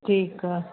ठीकु आहे